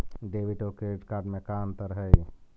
Debit और credit card में का अंतर हइ?